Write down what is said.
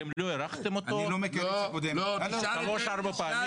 אתם לא הארכתם אותו שלוש ארבע פעמים?